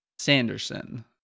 sanderson